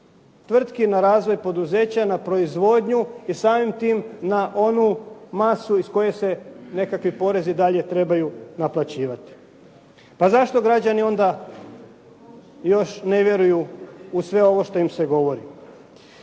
tvrtki, na razvoj poduzeća, na proizvodnju i samim tim na onu masu iz koje se nekakvi porezi trebaju dalje naplaćivati. Pa zašto građani onda još ne vjeruju u sve ovo što im se govori?